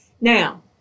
Now